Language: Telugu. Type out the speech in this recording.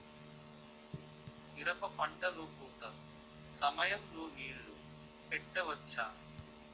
మిరప పంట లొ పూత సమయం లొ నీళ్ళు పెట్టవచ్చా?